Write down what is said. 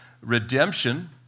Redemption